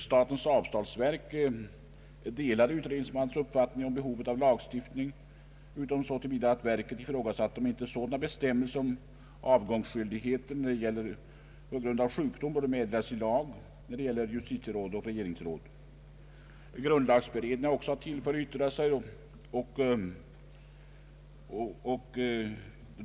Statens avtalsverk delade utredningsmannens uppfattning om behovet av lagstiftning utom så till vida att verket ifrågasatte om inte sådana bestämmelser om avgångsskyldigheten på grund av sjukdom borde meddelas i lag när det gäller justitieråd och regeringsråd. Grundlagberedningen har också haft tillfälle att yttra sig.